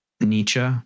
Nietzsche